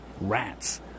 rats